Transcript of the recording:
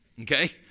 Okay